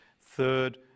third